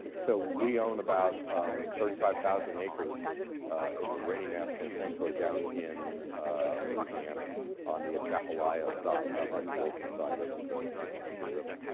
so we own about thirty five thousand acres in the rainey national sanctuary down in louisiana on the trafalia side, the unbroken side of the mississippi river.